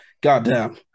goddamn